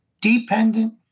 dependent